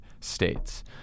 states